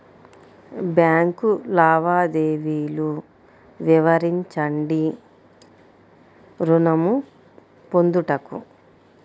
Bank లావాదేవీలు వివరించండి ఋణము పొందుటకు?